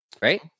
Right